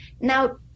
Now